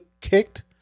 kicked